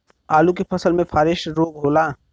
आलू के फसल मे फारेस्ट रोग होला?